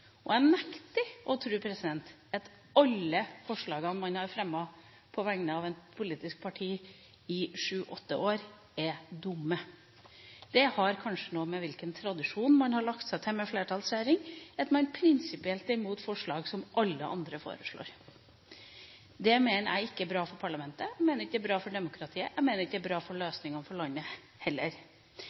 politisk parti i sju–åtte år, er dumme. Det har kanskje noe å gjøre med hvilken tradisjon man har lagt seg til med flertallsregjering: at man prinsipielt er imot forslag som alle andre har. Det mener jeg ikke er bra for parlamentet, jeg mener det ikke er bra for demokratiet, og jeg mener det ikke er bra for løsninger for landet, heller.